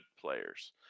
players